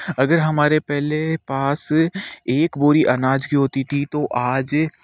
अगर हमारे पहले पास एक बोरी अनाज की होती थी तो आज